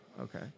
Okay